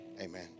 Amen